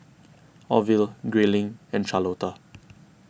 Orville Grayling and Charlotta